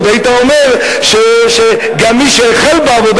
ועוד היית אומר שגם מי שהחל בעבודה,